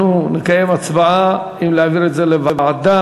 אנחנו נקיים הצבעה אם להעביר את זה לוועדה.